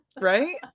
right